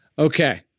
Okay